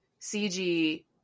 CG